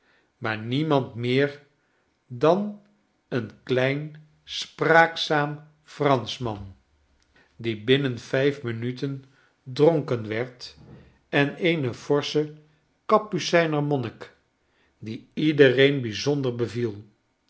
maar niemand meer dan een klein spraakzaam franschman die binnen vijf minuten dronken werd en eene forsche kapucijnermonnik die iedereen bijzonder beviel